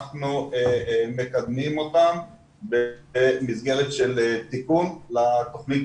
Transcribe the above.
אנחנו מקדמים אותם במסגרת של תיקון לתוכנית